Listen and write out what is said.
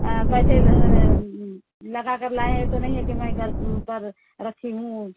पैसे लगा कर लाए हैं तो नहीं है के मैं घर पर रखी हूँ